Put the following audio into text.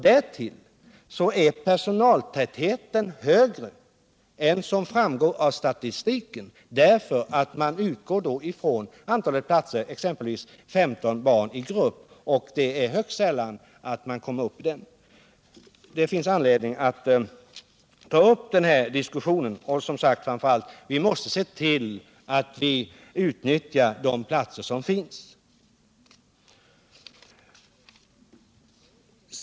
Därtill kan sägas att personaltätheten är högre än som framgår av statistiken, därför att man då utgår från antalet platser, exempelvis 15 barn i grupp, och det är högst sällan man kommer upp i den siffran. Det finns anledning att ta upp den här diskussionen. Framför allt måste vi se till att vi utnyttjar de platser som finns.